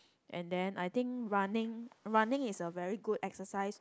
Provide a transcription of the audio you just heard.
and then I think running running is a very good exercise to